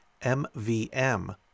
MVM